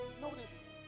Notice